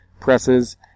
presses